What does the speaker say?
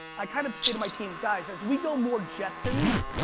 i kind of say to my team, guys, as we go more jetsons,